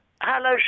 Hello